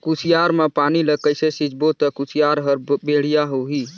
कुसियार मा पानी ला कइसे सिंचबो ता कुसियार हर बेडिया होही?